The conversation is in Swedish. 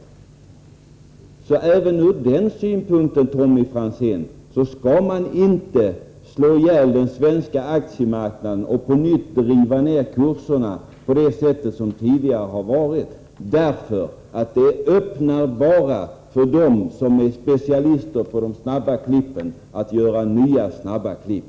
Inte heller ur den synpunkten, Tommy Franzén, skall man slå ihjäl den svenska aktiemarknaden och på nytt driva ner kurserna till den tidigare nivån. Det möjliggör bara för dem som är specialister på de snabba klippen att göra nya snabba klipp.